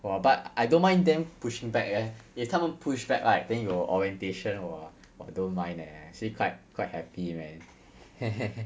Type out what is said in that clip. !wah! but I don't mind them pushing back eh if 他们 push back right then 有 orientation 我我 don't mind eh actually quite quite happy man